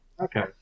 Okay